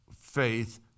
faith